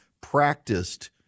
practiced